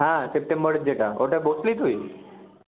হ্যাঁ সেপ্টেম্বরের যেটা ওটায় বসবি তুই